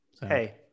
hey